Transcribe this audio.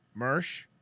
Mersh